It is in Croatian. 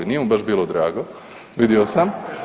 Nije mu baš bilo drago, vidio sam.